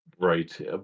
right